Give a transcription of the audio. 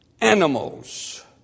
Animals